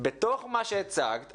בתוך מה שהצגת,